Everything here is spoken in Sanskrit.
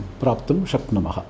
प्राप्तुं शक्नुमः